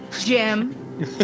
Jim